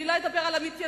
אני לא אדבר על המתיישבים.